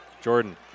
Jordan